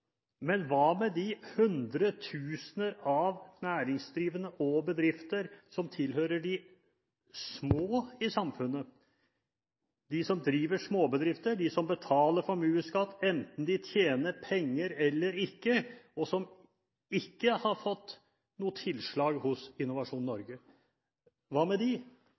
Men hva med de hundretusener av næringsdrivende som tilhører de små i samfunnet, de som driver småbedrifter, de som betaler formuesskatt enten de tjener penger eller ikke, og som ikke har fått noe tilsagn fra Innovasjon Norge? Hva med dem? Og dessuten: Hvis de